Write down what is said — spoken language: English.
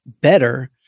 better